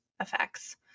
effects